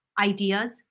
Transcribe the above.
ideas